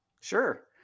Sure